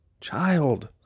child